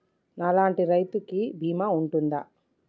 నా లాంటి రైతు కి బీమా ఉంటుందా?